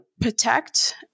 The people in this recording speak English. protect